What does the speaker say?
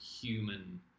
human